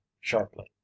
sharply